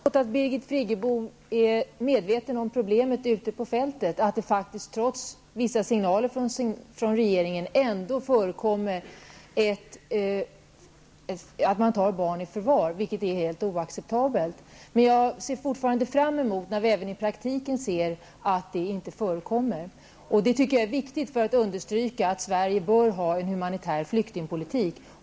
Herr talman! Jag är glad åt att Birgit Friggebo är medveten om problemet ute på fältet, att det trots vissa signaler från regeringen förekommer att man tar barn i förvar, vilket är helt oacceptabelt. Jag ser fortfarande fram emot den dag när detta inte heller i praktiken förekommer. Jag tycker att detta är viktigt för att understryka att Sverige bör ha en humanitär flyktingpolitik.